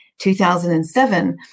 2007